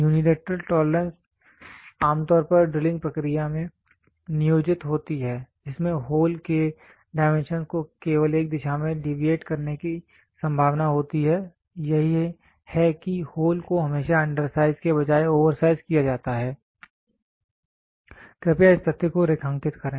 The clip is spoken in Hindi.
यूनिलैटरल टोलरेंस आमतौर पर ड्रिलिंग प्रक्रिया में नियोजित होती है जिसमें होल के डाइमेंशंस को केवल एक दिशा में डिविएट करने की संभावना होती है यही है कि होल को हमेशा अंडरसाइज के बजाय ओवरसाइज किया जाता है कृपया इस तथ्य को रेखांकित करें